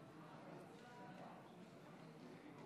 בבקשה, אדוני.